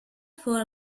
for